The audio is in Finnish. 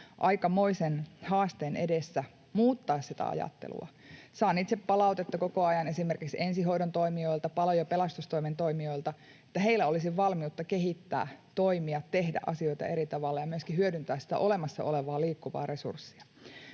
aikamoisen haasteen takana muuttaa sitä ajattelua. Saan itse palautetta koko ajan esimerkiksi ensihoidon toimijoilta ja palo- ja pelastustoimen toimijoilta, että heillä olisi valmiutta kehittää toimia, tehdä asioita eri tavalla ja myöskin hyödyntää sitä olemassa olevaa liikkuvaa resurssia.